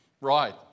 right